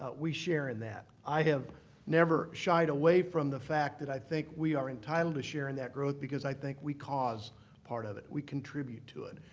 but we share in that. i have never shied away from the fact that i think we are entitled to share in that growth, because i think we cause part of it. we contribute to it.